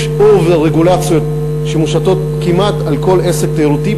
יש אובר-רגולציות שמושתות כמעט על כל עסק תיירותי,